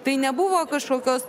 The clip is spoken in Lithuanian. tai nebuvo kažkokios